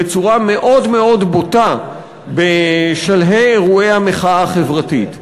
בצורה מאוד מאוד בוטה בשלהי אירועי המחאה החברתית,